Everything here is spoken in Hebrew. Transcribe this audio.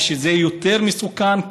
שזה יותר מסוכן,